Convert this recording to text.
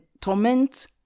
torment